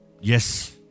Yes